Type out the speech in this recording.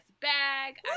bag